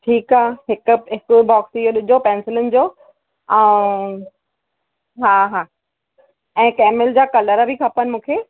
ठीक आहे हिकु बॉक्स इहो विझो पेंसिलुनि जो अऊं हा हा ऐ कैमिल जा कलर बि खपनि मूंखे